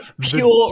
pure